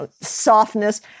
softness